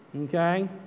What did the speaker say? okay